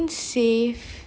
I saved shit I didn't save